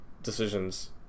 Decisions